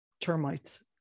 Termites